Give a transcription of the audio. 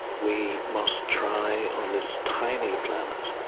we must try, on this tiny planet,